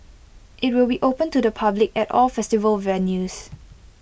IT will be open to the public at all festival venues